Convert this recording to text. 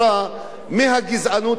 מהגזענות בשפרעם,